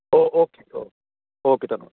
ਓ okay ਓ okay ਧੰਨਵਾਦ